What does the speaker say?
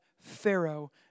Pharaoh